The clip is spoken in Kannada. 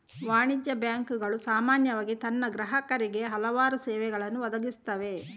ವಾಣಿಜ್ಯ ಬ್ಯಾಂಕುಗಳು ಸಾಮಾನ್ಯವಾಗಿ ತನ್ನ ಗ್ರಾಹಕರಿಗೆ ಹಲವಾರು ಸೇವೆಗಳನ್ನು ಒದಗಿಸುತ್ತವೆ